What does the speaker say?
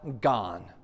gone